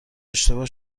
اشتباه